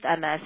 MS